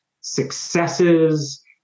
successes